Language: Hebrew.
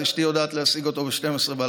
אז אשתי יודעת להשיג אותו ב-24:00.